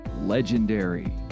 legendary